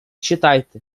читайте